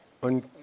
und